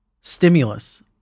stimulus